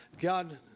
God